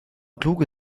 kluge